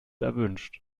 erwünscht